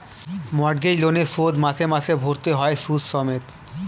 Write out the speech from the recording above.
mortgage লোনের শোধ মাসে মাসে ভরতে হয় সুদ সমেত